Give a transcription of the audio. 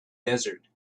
desert